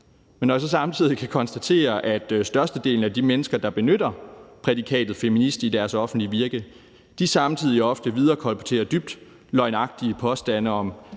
jeg så samtidig kan konstatere, at størstedelen af de mennesker, der benytter prædikatet feminist i deres offentlige virke, ofte viderekolporterer dybt løgnagtige påstande om